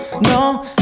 no